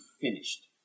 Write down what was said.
finished